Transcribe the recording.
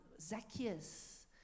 Zacchaeus